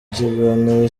kiganiro